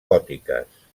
gòtiques